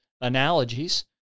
analogies